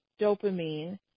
dopamine